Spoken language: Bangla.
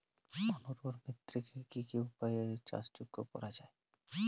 অনুর্বর মৃত্তিকাকে কি কি উপায়ে চাষযোগ্য করা যায়?